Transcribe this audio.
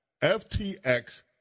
FTX